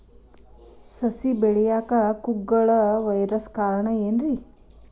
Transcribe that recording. ಸಸಿ ಬೆಳೆಯಾಕ ಕುಗ್ಗಳ ವೈರಸ್ ಕಾರಣ ಏನ್ರಿ?